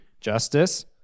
justice